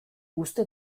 uste